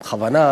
בכוונה,